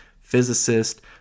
physicist